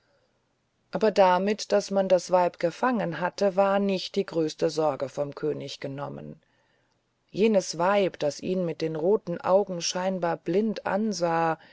aber damit daß man das weib gefangen hatte war nicht die größte sorge vom könig genommen jenes weib das ihn mit den roten augen scheinbar blind ansah